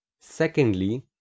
Secondly